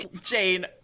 jane